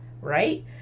right